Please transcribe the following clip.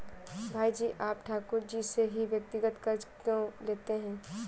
भाई जी आप ठाकुर जी से ही व्यक्तिगत कर्ज क्यों लेते हैं?